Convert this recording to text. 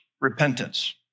repentance